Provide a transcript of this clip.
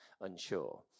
unsure